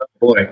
Boy